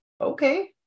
Okay